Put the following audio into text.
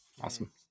Awesome